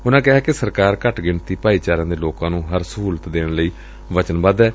ਉਨੂਾ ਕਿਹਾ ਕੇ ਸਰਕਾਰ ਘੱਟ ਗਿਣਤੀ ਭਾਈਚਾਰਿਆਂ ਦੇ ਲੋਕਾਂ ਨੂੰ ਹਰ ਸਹੁਲਤ ਦੇਣ ਲਈ ਵਚਨਬੱਧ ਏ